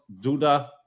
Duda